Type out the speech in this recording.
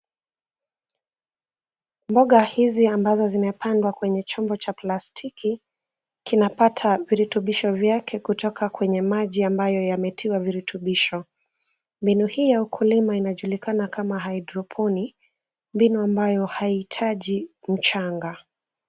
Mboga hizi ambazo zimepandwa kwenye chombo cha plastiki, kinapata virutubisho vyake kutoka kwenye maji ambayo yametiwa virutubisho. Mbinu hii ya ukulima inajulikana kama hydroponics , mbinu ambayo haihitaji mchanga.